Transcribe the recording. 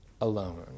alone